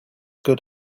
good